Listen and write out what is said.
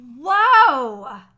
Whoa